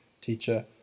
Teacher